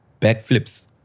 backflips